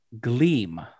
gleam